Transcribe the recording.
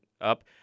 up